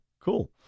cool